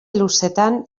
luzetan